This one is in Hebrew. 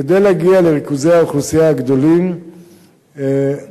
כדי להגיע לריכוזי האוכלוסייה הגדולים צריך